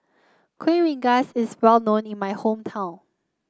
Kueh Rengas is well known in my hometown